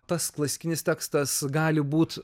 tas klasikinis tekstas gali būt